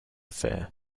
fear